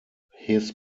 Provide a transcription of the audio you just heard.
his